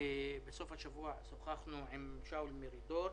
בסוף השבוע שוחחנו עם שאול מרידור.